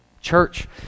church